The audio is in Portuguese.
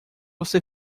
você